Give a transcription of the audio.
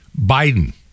Biden